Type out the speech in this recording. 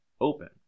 open